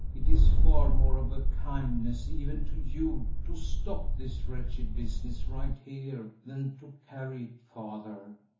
it is far more of a kindness even to you to stop this wretched business right here than to carry it farther.